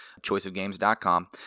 Choiceofgames.com